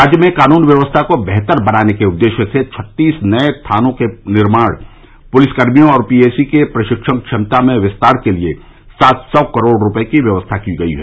राज्य में कानून व्यवस्था को बेहतर बनाने के उद्देश्य से छत्तीस नये थानों के निर्माण पुलिसकर्मियों और पीएसी के प्रशिक्षण क्षमता में विस्तार के लिये सात सौ करोड़ रूपये की व्यवस्था की गई है